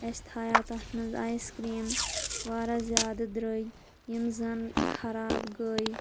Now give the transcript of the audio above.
اسہِ تھایاو تتھ منٛز آیس کرٛیٖم واریاہ زیادٕ درٛوٚگۍ یِم زن خراب گٔے